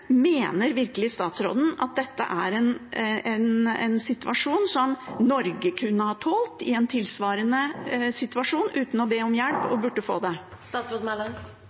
Mener virkelig statsråden at Norge kunne ha tålt en tilsvarende situasjon uten å be om hjelp når vi burde få det?